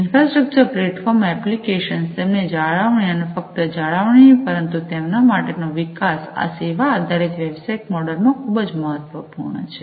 infrastructure platform એપ્લિકેશનો તેમની જાળવણી અને ફક્ત જાળવણી જ નહીં પરંતુ તેમના માટે નો વિકાસ આ સેવા આધારિત વ્યવસાયિક મોડેલમાં ખુબ જ મહત્વપૂર્ણ છે